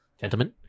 gentlemen